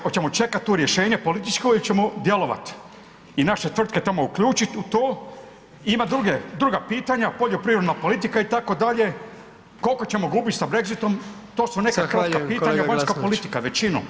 Hoćemo čekat tu rješenje političko ili ćemo djelovat i naše tvrtke tamo uključit u to, ima druga pitanja, poljoprivredna politika itd., koliko ćemo gubit sa Brexitom, to su neka kratka politika, vanjska politika većinom.